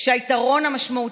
מי?